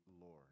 Lord